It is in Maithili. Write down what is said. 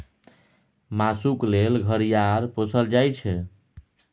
मासुक लेल घड़ियाल पोसल जाइ छै